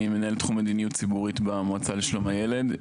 אני מנהל תחום מדיניות ציבוריות במועצה לשלום הילד.